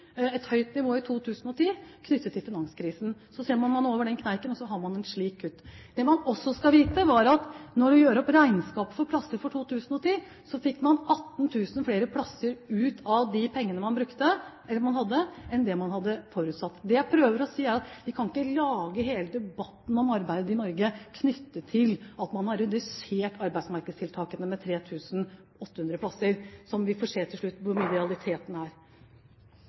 et høyt nivå i 2010 knyttet til finanskrisen. Så ser man at man er over den kneiken, og så har man et slikt kutt. Det man også skal vite, er at man, når vi gjør opp regnskapet for plasser for 2010, fikk 18 000 flere plasser ut av de pengene man hadde, enn det man hadde forutsatt. Det jeg prøver å si, er at vi kan ikke ha hele debatten om arbeid i Norge knyttet til at man har redusert arbeidsmarkedstiltakene med 3 800 plasser. Vi får se til slutt hvordan realiteten er.